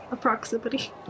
proximity